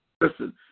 Listen